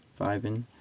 vibing